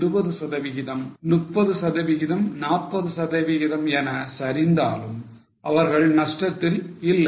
20சதவிகிதம் 30 சதவிகிதம் 40 சதவிகிதம் என சரிந்தாலும் அவர்கள் நஷ்டத்தில் இல்லை